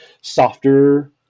softer